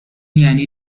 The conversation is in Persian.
یعنی